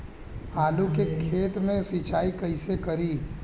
आलू के खेत मे सिचाई कइसे करीं?